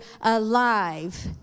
alive